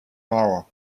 hour